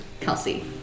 Kelsey